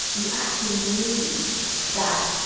you actually believe that,